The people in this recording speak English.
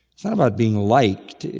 it's not about being liked.